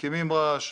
מקימים רעש,